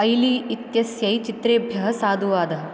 ऐली इत्यस्यै चित्रेभ्यः साधुवादः